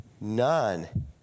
none